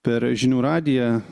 per žinių radiją